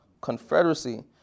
Confederacy